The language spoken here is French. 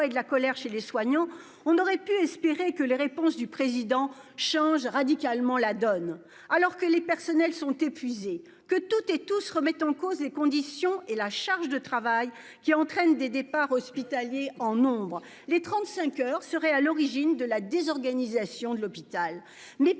et de la colère chez les soignants, on aurait pu espérer que les réponses du président change radicalement la donne. Alors que les personnels sont épuisés que toutes et tous se remettent en cause les conditions et la charge de travail qui entraînent des départs hospitalier en nombre, les 35 heures seraient à l'origine de la désorganisation de l'hôpital.